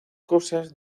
cosas